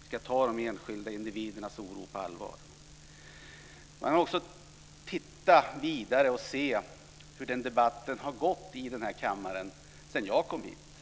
Vi ska ta de enskilda individernas oro på allvar. Jag vill också titta vidare och se hur debatten har gått i den här kammaren sedan jag kom hit.